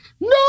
no